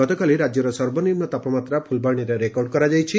ଗତକାଲି ରାଜ୍ୟର ସର୍ବନିମୁ ତାପମାତ୍ରା ଫୁଲବାଶୀରେ ରେକର୍ଡ କରାଯାଇଛି